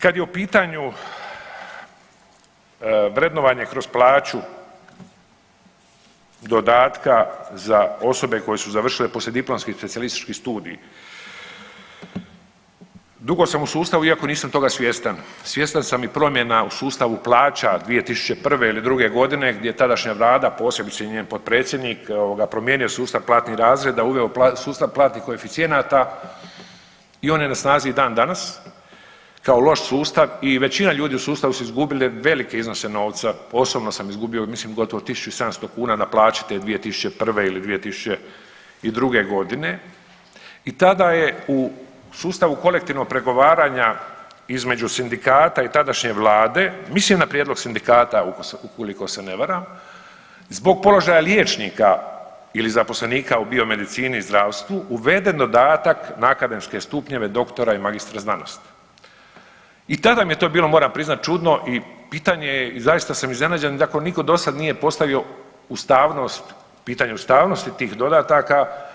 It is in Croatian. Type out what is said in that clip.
Kad je u pitanju vrednovanje kroz plaću dodatka za osobe koje su završile poslijediplomski i specijalistički studij, dugo sam u sustavu iako nisam toga svjestan, svjestan sam i promjena u sustavu plaća 2001. ili '02. g. gdje je tadašnja Vlada, posebice i njen potpredsjednik promijenio sustav platnih razreda, uveo sustav platnih koeficijenata i on je na snazi i dan danas kao loš sustav i većina ljudi u sustavu su izgubili velike iznose novca, osobno sam izgubio, mislim gotovo 1700 na plaći te 2001. ili 2002. g. i tada je u sustavu kolektivnog pregovaranja između sindikata i tadašnje Vlade, mislim na prijedlog sindikata, ukoliko se ne varam, zbog položaja liječnika ili zaposlenika u biomedicini i zdravstvu uveden dodatak na akademske stupnjeve doktora i magistra znanosti i tada mi je to bilo, moram priznati čudno i pitanje je, i zaista sam iznenađen kako nitko dosad nije postavio ustavnost, pitanje ustavnosti tih dodataka.